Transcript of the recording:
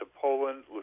Poland